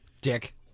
Dick